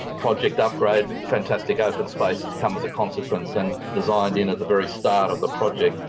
project upgrade. fantastic open space has come as a consequence and designed in at the very start of the project.